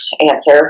answer